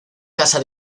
casa